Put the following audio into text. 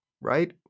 right